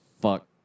fuck